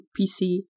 PC